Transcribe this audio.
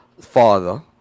father